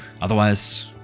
Otherwise